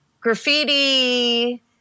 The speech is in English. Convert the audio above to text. graffiti